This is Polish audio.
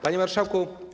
Panie Marszałku!